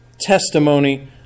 testimony